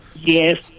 Yes